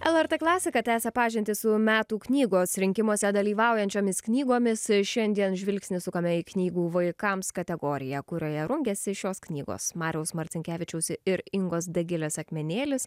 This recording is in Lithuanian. lrt klasika tęsia pažintį su metų knygos rinkimuose dalyvaujančiomis knygomis šiandien žvilgsnį sukame į knygų vaikams kategoriją kurioje rungiasi šios knygos mariaus marcinkevičiaus ir ingos dagilės akmenėlis